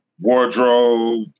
wardrobe